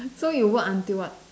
so you work until what